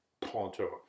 Ponto